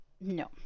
no